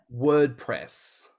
WordPress